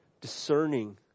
discerning